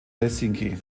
helsinki